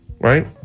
right